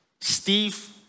Steve